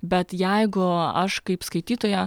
bet jeigu aš kaip skaitytoja